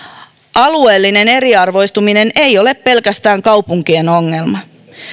alueellinen eriarvoistuminen ei ole pelkästään kaupunkien ongelma